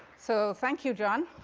so thank you, john.